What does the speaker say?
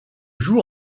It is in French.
joue